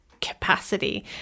capacity